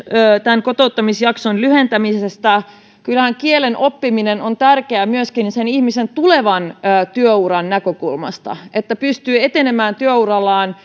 tämän kotouttamisjakson lyhentämisestä kyllähän kielen oppiminen on tärkeää myöskin sen ihmisen tulevan työuran näkökulmasta että pystyy etenemään työurallaan